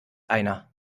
einer